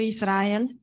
Israel